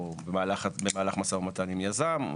או במהלך משא ומתן עם יזם,